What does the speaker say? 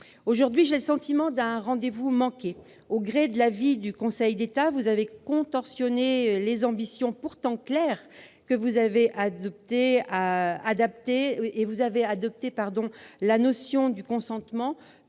Aujourd'hui, j'ai le sentiment d'un rendez-vous manqué. Au gré de l'avis du Conseil d'État, vous avez contorsionné vos ambitions, pourtant claires : vous avez adapté la notion de consentement,